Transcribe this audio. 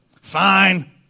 Fine